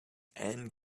and